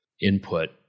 input